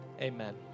amen